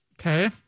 Okay